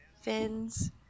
fins